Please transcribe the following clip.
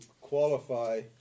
qualify